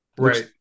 Right